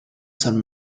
san